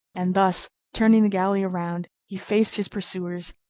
and thus, turning the galley around, he faced his pursuers,